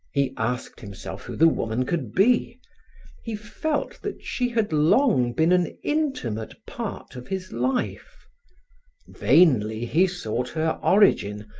he asked himself who the woman could be he felt that she had long been an intimate part of his life vainly he sought her origin,